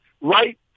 right